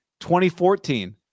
2014